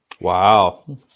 Wow